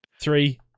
Three